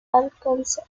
alcázar